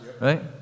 Right